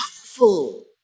powerful